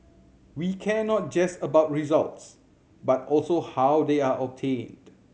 we care not just about results but also how they are obtained